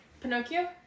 Pinocchio